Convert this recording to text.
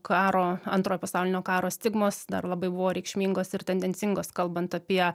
karo antrojo pasaulinio karo stigmos dar labai buvo reikšmingos ir tendencingos kalbant apie